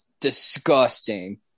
Disgusting